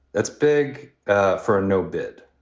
that's big ah for a no bid.